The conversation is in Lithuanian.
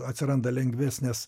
atsiranda lengvesnės